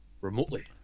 remotely